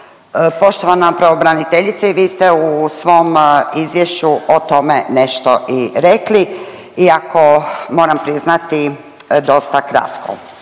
Poštovana pravobraniteljice i vi ste u svom izvješću o tome nešto i rekli, iako moram priznati dosta kratko.